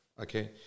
Okay